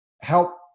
help